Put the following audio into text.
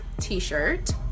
t-shirt